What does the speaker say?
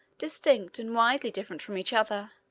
distinct and widely different from each other,